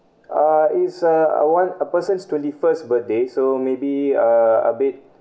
uh it's uh uh one a person's twenty-first birthday so maybe uh a bit